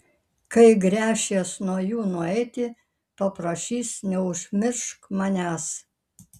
kai gręšies nuo jų nueiti paprašys neužmiršk manęs